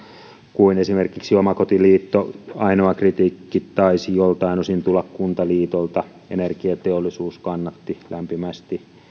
kuin esimerkiksi omakotiliitto ainoa kritiikki taisi joiltain osin tulla kuntaliitolta energiateollisuus kannatti lämpimästi